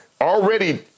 already